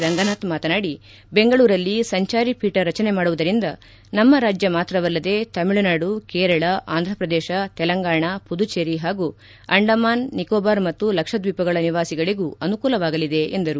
ರಂಗನಾಥ್ ಮಾತನಾಡಿ ಬೆಂಗಳೂರಲ್ಲಿ ಸಂಚಾರಿ ಪೀಠ ರಚನೆ ಮಾಡುವುದರಿಂದ ನಮ್ಮ ರಾಜ್ಯ ಮಾತ್ರವಲ್ಲದೆ ತಮಿಳುನಾಡು ಕೇರಳ ಅಂಧ್ರಪ್ರದೇಶ ತೆಲಂಗಾಣ ಪುದುಚೆರಿ ಹಾಗೂ ಅಂಡಮಾನ್ ನಿಕೋಬಾರ್ ಮತ್ತು ಲಕ್ಷದ್ವೀಪಗಳ ನಿವಾಸಿಗಳಿಗೂ ಅನುಕೂಲವಾಗಲಿದೆ ಎಂದರು